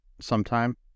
sometime